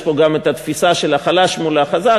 יש פה גם התפיסה של החלש מול החזק.